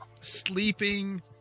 sleeping